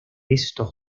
estos